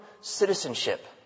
citizenship